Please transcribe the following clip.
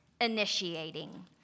initiating